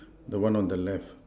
the one on the left